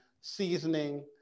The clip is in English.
seasoning